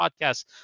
podcast